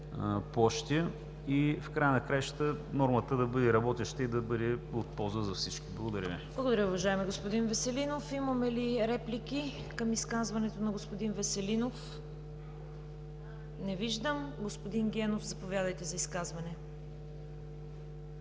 площи. В края на краищата нормата да бъде работеща и да бъде от полза за всички. Благодаря Ви. ПРЕДСЕДАТЕЛ ЦВЕТА КАРАЯНЧЕВА: Благодаря, уважаеми господин Веселинов. Имаме ли реплики към изказването на господин Веселинов? Не виждам. Господин Генов, заповядайте за изказване.